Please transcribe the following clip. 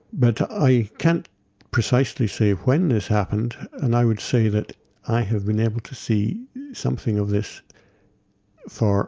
but i can't precisely say when this happened and i would say that i have been able to see something of this for